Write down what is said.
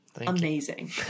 Amazing